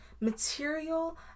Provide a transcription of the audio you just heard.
material